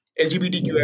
LGBTQI